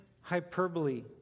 hyperbole